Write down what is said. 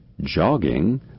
jogging